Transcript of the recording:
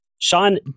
Sean